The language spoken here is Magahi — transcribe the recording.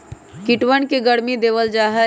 कीटवन के गर्मी देवल जाहई